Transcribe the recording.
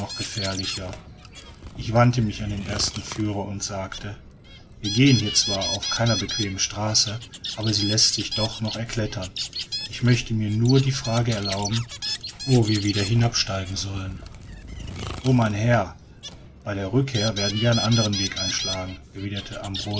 gefährlicher ich wandte mich an die ersten führer und sagte wir gehen hier zwar auf keiner bequemen straße aber sie läßt sich doch noch erklettern ich möchte mir nur die frage erlauben wo wir wieder hinabsteigen sollen o mein herr bei der rückkehr werden wir einen andern weg einschlagen